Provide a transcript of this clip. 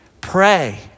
Pray